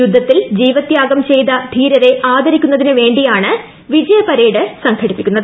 യുദ്ധത്തിൽ ജീവത്യാഗം ചെയ്ത ധീരരെ ആദരിക്കുന്നതിന് വേണ്ടിയാണ് വിജയ പരേഡ് സംഘടിപ്പിക്കുന്നത്